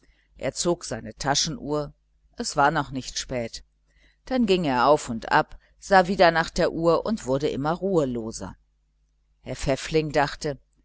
er zog seine taschenuhr es war noch nicht spät dann ging er auf und ab sah wieder nach der uhr und wurde immer ruheloser frau pfäffling dachte